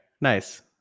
Nice